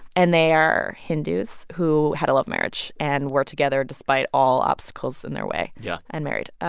and they are hindus who had a love marriage and were together despite all obstacles in their way yeah and married.